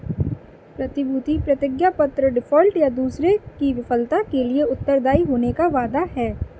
प्रतिभूति प्रतिज्ञापत्र डिफ़ॉल्ट, या दूसरे की विफलता के लिए उत्तरदायी होने का वादा है